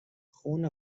خون